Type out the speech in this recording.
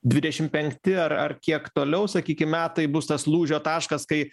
dvidešim penkti ar ar kiek toliau sakykim metai bus tas lūžio taškas kai